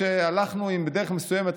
כשהלכנו בדרך מסוימת,